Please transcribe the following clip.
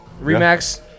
Remax